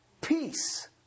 peace